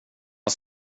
har